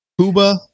Cuba